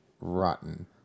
rotten